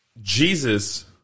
Jesus